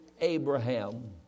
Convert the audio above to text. Abraham